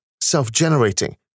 self-generating